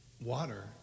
water